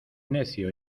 necio